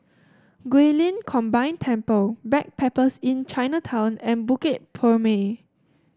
Guilin Combine Temple Backpackers Inn Chinatown and Bukit Purmei